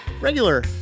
regular